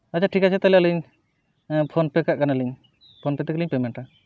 ᱟᱪᱪᱷᱟ ᱴᱷᱤᱠ ᱟᱪᱷᱮ ᱛᱟᱦᱚᱞᱮ ᱟᱹᱞᱤᱧ ᱯᱷᱳᱱ ᱯᱮ ᱠᱟᱜ ᱠᱟᱱᱟᱞᱤᱧ ᱯᱷᱳᱱ ᱯᱮ ᱛᱮᱜᱮᱞᱤᱧ ᱯᱮᱢᱮᱱᱴᱟ